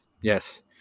yes